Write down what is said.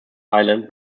island